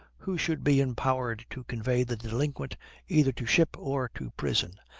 who should be empowered to convey the delinquent either to ship or to prison,